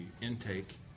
intake